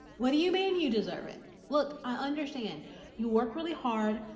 what do you mean you deserve it? look, i understand you work really hard.